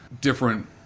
different